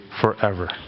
forever